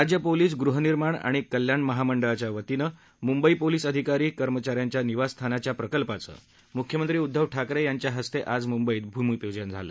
राज्य पोलीस गृहनिर्माण आणि कल्याण महामंडळाच्यावतीनं मुंबई पोलीस अधिकारी कर्मचाराच्या निवासस्थानाच्या प्रकल्पाचं मुख्यमंत्री उध्दव ठाकरे यांच्या हस्ते आज मुंबईत भूमिपूजन झालं